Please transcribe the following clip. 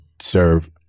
serve